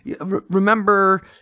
Remember